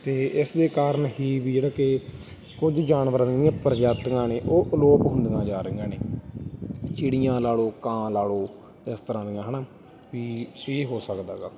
ਅਤੇ ਇਸਦੇ ਕਾਰਨ ਹੀ ਵੀ ਜਿਹੜਾ ਕਿ ਕੁਝ ਜਾਨਵਰਾਂ ਦੀਆਂ ਪ੍ਰਜਾਤੀਆਂ ਨੇ ਉਹ ਅਲੋਪ ਹੁੰਦੀਆਂ ਜਾ ਰਹੀਆਂ ਨੇ ਚਿੜੀਆਂ ਲਾ ਲਓ ਕਾਂ ਲਾ ਲਓ ਇਸ ਤਰ੍ਹਾਂ ਦੀਆਂ ਹੈ ਨਾ ਵੀ ਕੀ ਹੋ ਸਕਦਾ ਗਾ